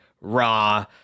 raw